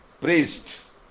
priest